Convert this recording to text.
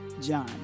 John